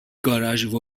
گاراژ